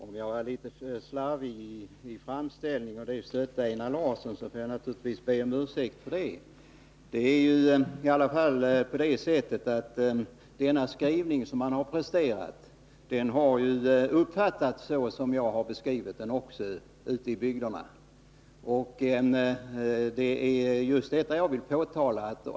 Herr talman! Om jag varlitet slarvig i min framställning ber jag naturligtvis om ursäkt för det. Den skrivning som utskottet har presterat har emellertid ute i bygderna uppfattats så som jag har beskrivit det, och det är just det som jag vill påtala.